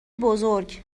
بزرگ